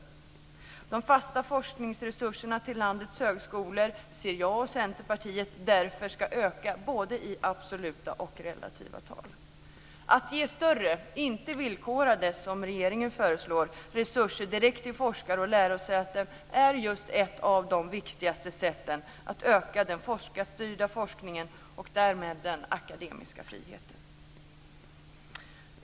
Därför anser jag och Centerpartiet att de fasta forskningsresurserna till landets högskolor ska öka i både absoluta och relativa tal. Att ge större - inte villkorade, som regeringen föreslår - resurser direkt till forskare och lärosäten är just ett av de viktigaste sätten att öka den forskarstyrda forskningen och därmed den akademiska friheten.